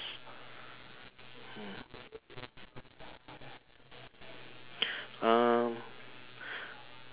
um